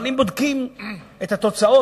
אבל אני מדגים את התוצאות,